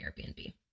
Airbnb